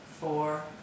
four